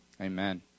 Amen